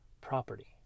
property